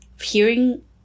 hearing